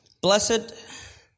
Blessed